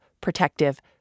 protective